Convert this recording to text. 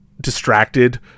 distracted